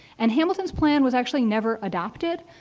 and hamilton's plan was actually never adopted.